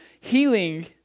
healing